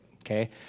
okay